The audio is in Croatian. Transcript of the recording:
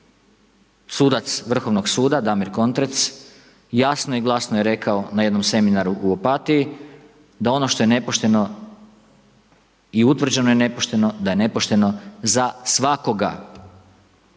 Sudac Vrhovnog suda Damir Kontrec jasno i glasno je rekao na jednom seminaru u Opatiji da ono što je nepošteno i utvrđeno je nepošteno da je nepošteno za svakoga.